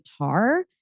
guitar